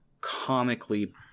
comically